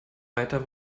weiter